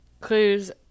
Clues